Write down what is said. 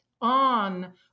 on